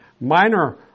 minor